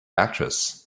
actress